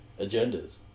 agendas